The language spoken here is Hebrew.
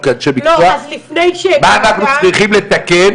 אני מניח שאתה תציין את